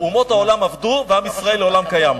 אומות העולם אבדו, ועם ישראל לעולם קיים.